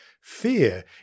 fear